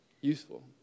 Useful